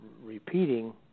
repeating